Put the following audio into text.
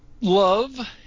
love